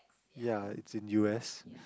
ya it's in U_S